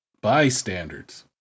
bystanders